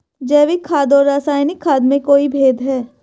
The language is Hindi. जैविक खाद और रासायनिक खाद में कोई भेद है?